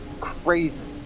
crazy